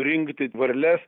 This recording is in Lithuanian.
rinkti varles